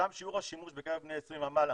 שם שיעור השימוש בקרב בני 20 ומעלה